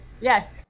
Yes